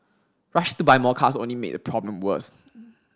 rushing to buy more cars only made the problem worse